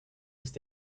ist